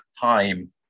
time